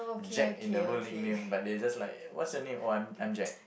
Jack in the whole nickname but they just like what's your name oh I'm I'm Jack